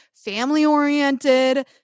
family-oriented